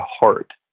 heart